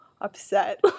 upset